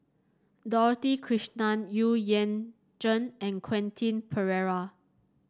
Dorothy Krishnan Xu Yuan Zhen and Quentin Pereira